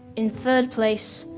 in third place,